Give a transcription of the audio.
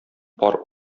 пар